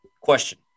Question